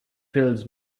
fills